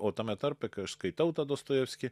o tame tarpe kai aš skaitau tą dostojevskį